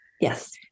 Yes